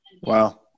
Wow